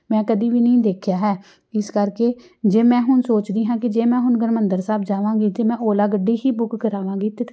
ਮੈਂ ਕਦੇ ਵੀ ਨਹੀਂ ਦੇਖਿਆ ਹੈ ਇਸ ਕਰਕੇ ਜੇ ਮੈਂ ਹੁਣ ਸੋਚਦੀ ਹਾਂ ਕਿ ਜੇ ਮੈਂ ਹੁਣ ਹਰਿਮੰਦਰ ਸਾਹਿਬ ਜਾਵਾਂਗੀ ਤਾਂ ਮੈਂ ਓਲਾ ਗੱਡੀ ਹੀ ਬੁੱਕ ਕਰਾਵਾਂਗੀ ਤਾਂ